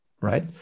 right